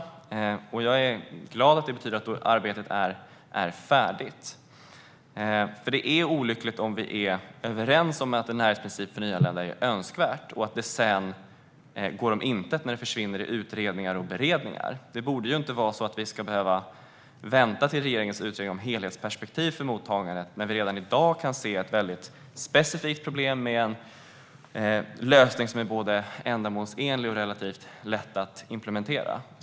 Det gör mig glad eftersom det betyder att arbetet är färdigt. Det är olyckligt om vi är överens om att en närhetsprincip för nyanlända är önskvärt och att det sedan går om intet när det försvinner i utredningar och beredningar. Vi borde inte behöva vänta på regeringens utredning om ett helhetsperspektiv för mottagandet när vi redan i dag kan se ett specifikt problem med en lösning som är både ändamålsenlig och relativt lätt att implementera.